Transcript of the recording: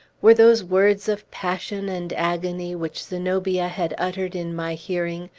were those words of passion and agony, which zenobia had uttered in my hearing,